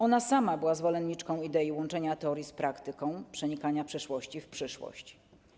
Ona sama była zwolenniczką idei łączenia teorii z praktyką, przenikania przeszłości w przyszłość.